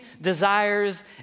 desires